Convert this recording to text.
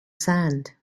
sand